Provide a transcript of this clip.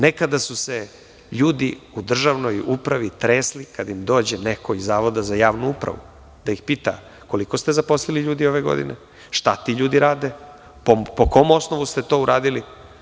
Nekada su se ljudi u državnoj upravi tresli kada im dođe neko iz Zavoda za javnu upravu da ih pita koliko ste zaposlili ljudi ove godine, šta ti ljudi rade, po kom osnovu ste to uradili.